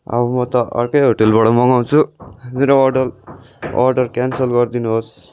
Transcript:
अब म त अर्कै होटेलबाट मगाउँछु मेरो अर्डर अर्डर क्यान्सल गरिदिनुहोस्